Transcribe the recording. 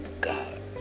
God